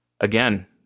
Again